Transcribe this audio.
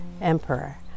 Emperor